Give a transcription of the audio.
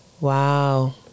Wow